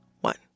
one